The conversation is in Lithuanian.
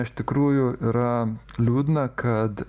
iš tikrųjų yra liūdna kad